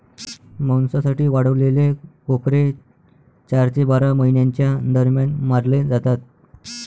मांसासाठी वाढवलेले कोकरे चार ते बारा महिन्यांच्या दरम्यान मारले जातात